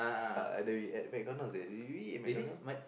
I and then we were at McDonald's there did we eat McDonald's